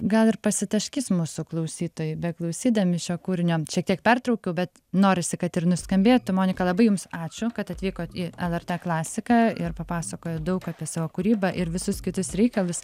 gal ir pasitaškys mūsų klausytojai beklausydami šio kūrinio šiek tiek pertraukiau bet norisi kad ir nuskambėtų monika labai jums ačiū kad atvykot į lrt klasiką ir papasakojot daug apie savo kūrybą ir visus kitus reikalus